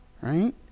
right